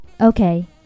Okay